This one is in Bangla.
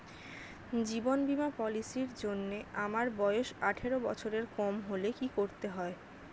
জীবন বীমা পলিসি র জন্যে আমার বয়স আঠারো বছরের কম হলে কি করতে হয়?